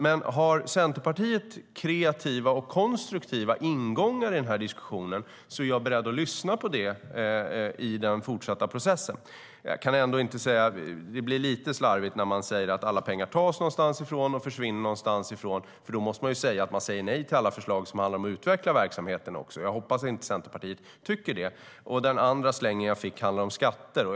Men om Centerpartiet har kreativa och konstruktiva ingångar i den här diskussionen är jag beredd att lyssna på dem i den fortsatta processen. Det blir lite slarvigt när man säger att alla pengar tas någonstans ifrån och försvinner någonstans ifrån, för då måste man säga nej till alla förslag som handlar om att också utveckla verksamheten. Jag hoppas inte att Centerpartiet tycker det. Den andra slängen som jag fick handlade om skatter.